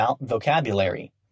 vocabulary